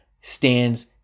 stands